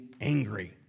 angry